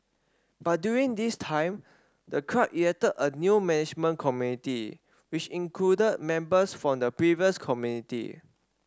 but during this time the club elected a new management community which included members from the previous community